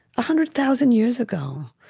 hundred thousand years ago.